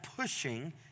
pushing